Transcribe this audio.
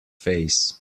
fays